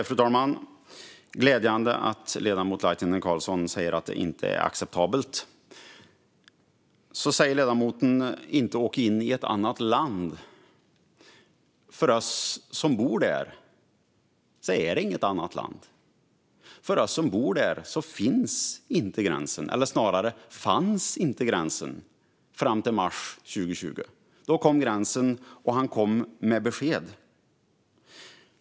Fru talman! Det är glädjande att ledamoten Laitinen Carlsson säger att det inte är acceptabelt. Ledamoten talar om att inte åka in i ett annat land. För oss som bor där är det inte ett annat land. För oss som bor där finns inte gränsen - eller snarare fanns inte gränsen fram till mars 2020. Då kom gränsen, och den kom med besked.